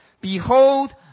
Behold